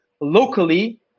locally